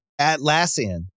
Atlassian